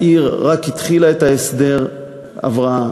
העיר רק התחילה את הסדר ההבראה,